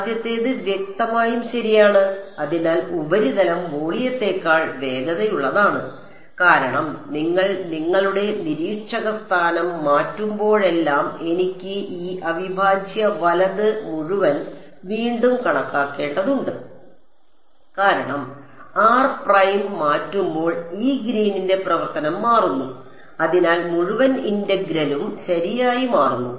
ആദ്യത്തേത് വ്യക്തമായും ശരിയാണ് അതിനാൽ ഉപരിതലം വോളിയത്തേക്കാൾ വേഗതയുള്ളതാണ് കാരണം നിങ്ങൾ നിങ്ങളുടെ നിരീക്ഷക സ്ഥാനം മാറ്റുമ്പോഴെല്ലാം എനിക്ക് ഈ അവിഭാജ്യ വലത് മുഴുവൻ വീണ്ടും കണക്കാക്കേണ്ടതുണ്ട് കാരണം r പ്രൈം മാറ്റുമ്പോൾ ഈ ഗ്രീനിന്റെ പ്രവർത്തനം മാറുന്നു അതിനാൽ മുഴുവൻ ഇന്റഗ്രലും ശരിയായി മാറുന്നു